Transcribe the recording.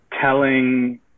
telling